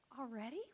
Already